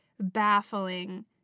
baffling